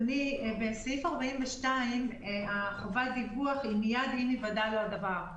בסעיף 42 חובת הדיווח היא מייד עם היוודע הדבר.